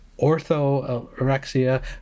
orthorexia